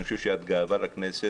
אני חושב שאת גאווה לכנסת,